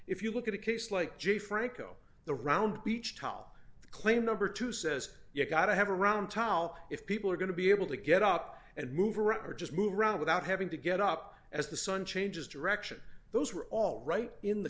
if you look at a case like j franco the round beach towel claim number two says you got to have around tile if people are going to be able to get up and move around or just move around without having to get up as the sun changes direction those are all right in the